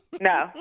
No